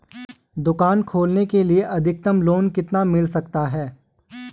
दुकान खोलने के लिए अधिकतम कितना लोन मिल सकता है?